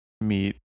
meet